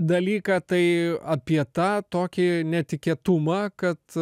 dalyką tai apie tą tokį netikėtumą kad